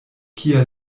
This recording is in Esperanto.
kia